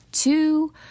Two